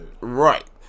Right